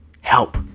help